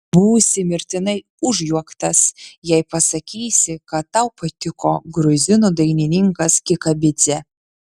būsi mirtinai užjuoktas jei pasakysi kad tau patiko gruzinų dainininkas kikabidzė